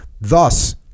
Thus